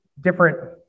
different